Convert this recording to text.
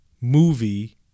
movie